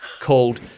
called